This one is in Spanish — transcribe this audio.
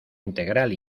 integral